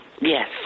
Yes